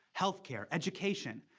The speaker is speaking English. healthcare, education,